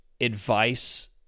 advice